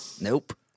Nope